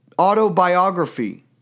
autobiography